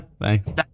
Thanks